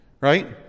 Right